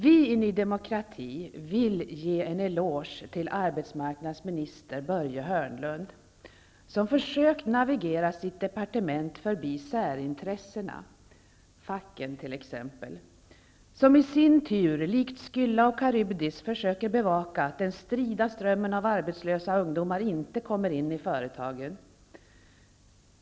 Vi i Ny demokrati vill ge en eloge till arbetsmarknadsminister Börje Hörnlund som har försökt att navigera sitt departement förbi särintressena -- t.ex. facken -- som i sin tur likt Skylla och Karybdis försöker bevaka att den strida strömmen av arbetslösa ungdomar inte kommer in i företagen.